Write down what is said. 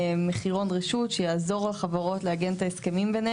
מחירון רשות שיעזור לחברות לעגן את ההסכמים ביניהן,